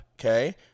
Okay